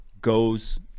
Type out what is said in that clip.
goes